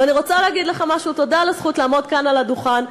ואני רוצה להגיד לך משהו: תודה על הזכות לעמוד כאן על הדוכן,